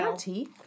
tea